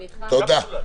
תודה.